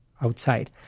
outside